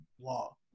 law